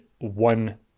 one